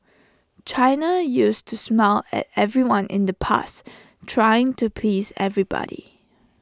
China used to smile at everyone in the past trying to please everybody